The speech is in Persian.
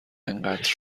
اینقدر